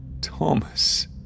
Thomas